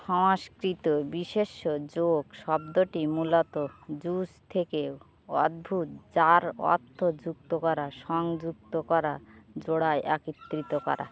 সংস্কৃত বিশেষ্য যোগ শব্দটি মূলত যুস থেকে উদ্ভুত যার অর্থ যুক্ত করা সংযুক্ত করা জোড়া একত্রিত করা